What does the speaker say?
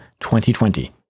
2020